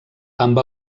amb